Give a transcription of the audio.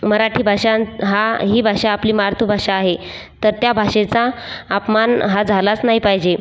मराठी भाषां हा ही भाषा आपली मार्तूभाषा आहे तर त्या भाषेचा अपमान हा झालाच नाही पायजे